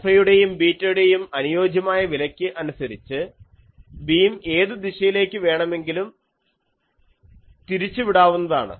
ആൽഫയുടെയും ബീറ്റയുടെയും അനുയോജ്യമായ വിലയ്ക്ക് അനുസരിച്ച് ബീം ഏതു ദിശയിലേക്ക് വേണമെങ്കിലും തിരിച്ചു വിടാവുന്നതാണ്